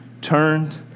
turned